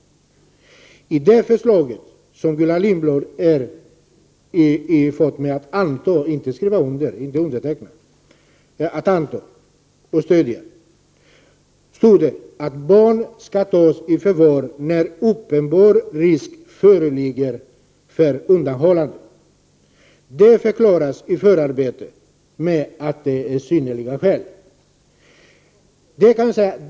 I det förslag som Gullan Lindblad fått mig att anta och stödja, inte att skriva under, står det att barn skall tas i förvar när uppenbar risk föreligger för undanhållande. I förarbetet förklarar man att detta är synnerliga skäl.